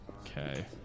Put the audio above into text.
Okay